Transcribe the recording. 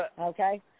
Okay